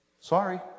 sorry